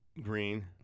Green